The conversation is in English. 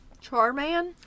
Charman